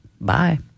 bye